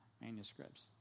manuscripts